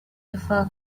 differ